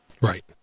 right